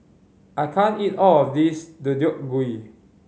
I can't eat all of this Deodeok Gui